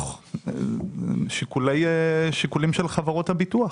אלה השיקולים של חברות הביטוח.